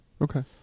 Okay